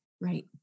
Right